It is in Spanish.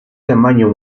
tamaño